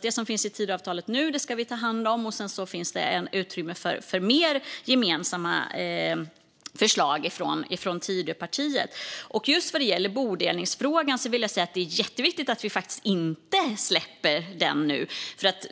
Det som finns i Tidöavtalet nu ska vi ta hand om, och sedan finns det utrymme för fler gemensamma förslag från Tidöpartierna. Vad gäller just bodelningsfrågan vill jag säga att det är jätteviktigt att vi inte släpper den nu.